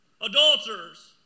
adulterers